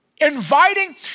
inviting